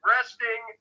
Resting